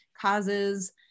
causes